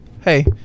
hey